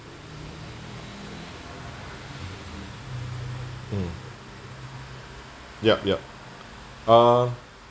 hmm yup yup uh